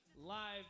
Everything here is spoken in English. live